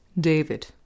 David